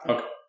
Okay